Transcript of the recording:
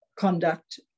conduct